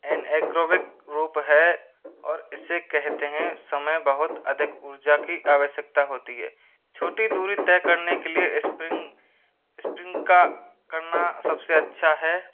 N एग्रोविक रूप है और इसे कहते हैं समय बहुत अधिक ऊर्जा की आवश्यकता होती है छोटी दूरी तय करने के लिए स्प्रिंग स्प्रिंग का करना सबसे अच्छा है